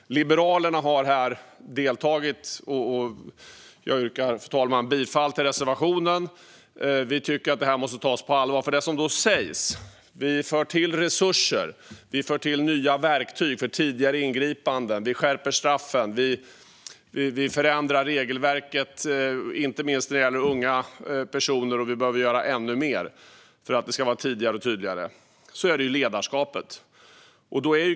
Liberalerna har deltagit. Jag yrkar, fru talman, bifall till reservationen. Vi tycker att det här måste tas på allvar. Det som sägs är att vi för till resurser och nya verktyg för tidigare ingripanden. Vi skärper straffen, och vi förändrar regelverket inte minst när det gäller unga personer. Vi behöver göra ännu mer för att det ska vara tidigare och tydligare. Det är ledarskapet som måste till.